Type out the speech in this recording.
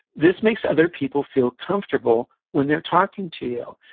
this makes other people feel comfortable when they're talking to you.